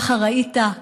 ככה ראית?